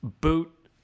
boot